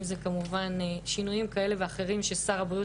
אם זה כמובן שינויים כאלה ואחרים ששר הבריאות